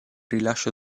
rilascio